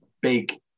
Big